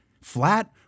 Flat